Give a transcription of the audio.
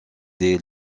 des